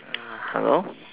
hello